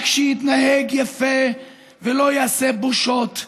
רק שיתנהג יפה ולא יעשה בושות.